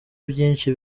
byinshi